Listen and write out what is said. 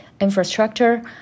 infrastructure